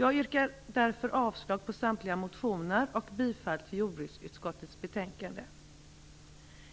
Jag yrkar avslag på samtliga motioner och bifall till hemställan i jordbruksutskottets betänkande.